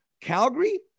Calgary